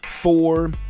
four